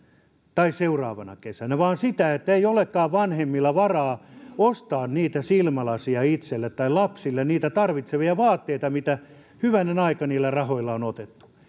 tai seuraavana kesänä vaan sitä että ei olekaan vanhemmilla varaa ostaa itselle niitä silmälaseja tai lapsille niitä tarvittavia vaatteita mitä hyvänen aika niillä rahoilla on ostettu